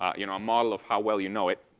ah you know, a model of how well you know it.